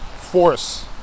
force